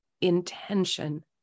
intention